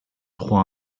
trois